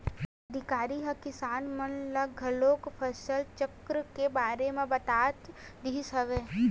अधिकारी ह किसान मन ल घलोक फसल चक्र के बारे म बतात रिहिस हवय